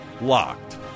Locked